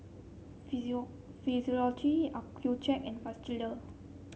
Physio Physiogel Accucheck and Vagisil